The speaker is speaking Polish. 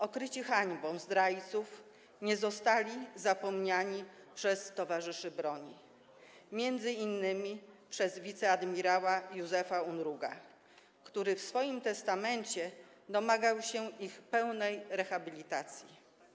Okryci hańbą zdrajców, nie zostali zapomniani przez towarzyszy broni, m.in. przez wiceadmirała Józefa Unruga, który w swoim testamencie domagał się ich pełnej rehabilitacji.